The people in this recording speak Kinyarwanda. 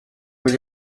buri